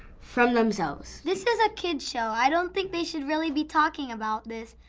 from themselves. this is a kid's show. i don't think they should really be talking about this.